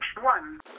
one